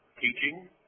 teaching